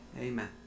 Amen